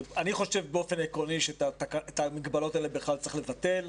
באופן עקרוני את המגבלות האלה בכלל צריך לבטל.